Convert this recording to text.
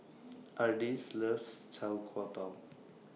Ardis loves Tau Kwa Pau